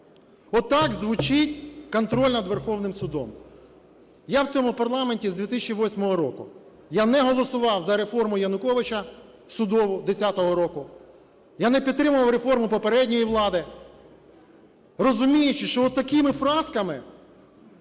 Отак звучить контроль над Верховним судом. Я в цьому парламенті з 2008 року, я не голосував за реформу Януковича судову 10-го року. Я не підтримував реформу попередньої влади, розуміючи, що отакими фразками